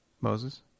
Moses